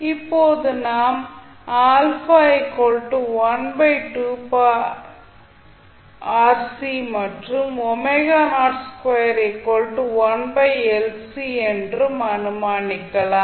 இப்போது நாம் மற்றும் என்று அனுமானிக்கலாம்